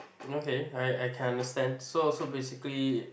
okay I I can understand so so basically